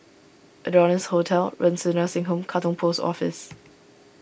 Adonis Hotel Renci Nursing Home Katong Post Office